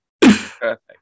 Perfect